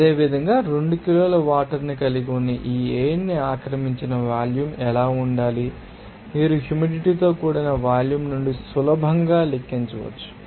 అదేవిధంగా 2 కిలోల వాటర్ ని కలిగి ఉన్న ఆ ఎయిర్ ఆక్రమించిన వాల్యూమ్ ఎలా ఉండాలి మీరు హ్యూమిడిటీ తో కూడిన వాల్యూమ్ నుండి సులభంగా లెక్కించవచ్చు